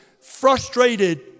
frustrated